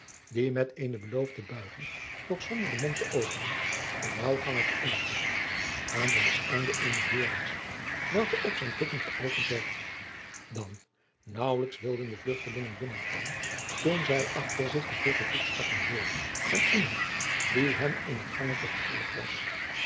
die met eene beleefde buiging doch zonder den mond te openen een naauw gangetje insloeg aan welks einde eene deur was welke op zijn tikken gëopend werd dan naauwlijks wilden de vluchtelingen binnen gaan toen zij achter zich de vlugge voetstappen hoorden van iemand die hen in het gangetje gevolgd was